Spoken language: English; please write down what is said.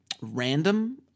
random